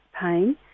pain